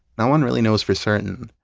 no one really knows for certain.